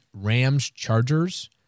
Rams-Chargers